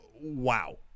wow